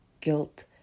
guilt